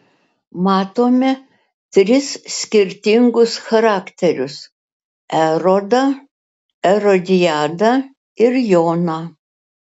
matome tris skirtingus charakterius erodą erodiadą ir joną